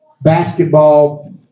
Basketball